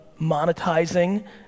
monetizing